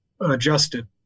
adjusted